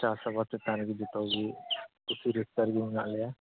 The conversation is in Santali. ᱪᱟᱥ ᱟᱵᱟᱫᱽ ᱪᱮᱛᱟᱱ ᱨᱮᱜᱮ ᱡᱚᱛᱚ ᱜᱮ ᱠᱩᱥᱤ ᱨᱟᱹᱥᱠᱟᱹ ᱨᱮᱜᱮ ᱢᱮᱱᱟᱜ ᱞᱮᱭᱟ